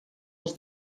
els